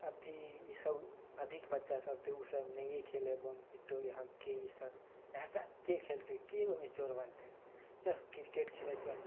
अभी ई सब अभी के बच्चा सब तऽ ऊ सब नहिये खेले हय बमपिट्टो या होक्की ई सब याहटा के खेलतै के ओमे चोर बनतै चल क्रिकेट खेले चल